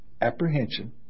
apprehension